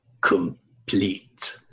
complete